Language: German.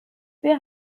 wir